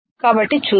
కాబట్టి చూద్దాం